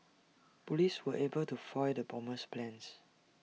Police were able to foil the bomber's plans